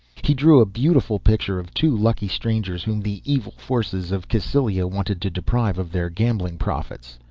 he drew a beautiful picture of two lucky strangers whom the evil forces of cassylia wanted to deprive of their gambling profits.